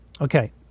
okay